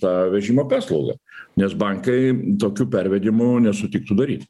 tą vežimo paslaugą nes bankai tokių pervedimų nesutiktų daryti